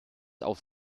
auf